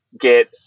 get